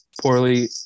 poorly